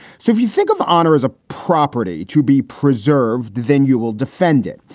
so if you think of honor as a property to be preserved, then you will defend it.